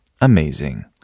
Amazing